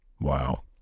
Wow